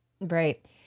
right